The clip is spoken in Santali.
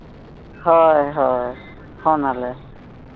ᱦᱳᱭ ᱦᱳᱭ ᱯᱷᱳᱱ ᱟᱞᱮ